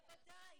בוודאי.